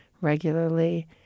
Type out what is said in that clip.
regularly